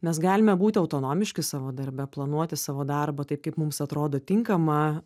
mes galime būti autonomiški savo darbe planuoti savo darbą taip kaip mums atrodo tinkama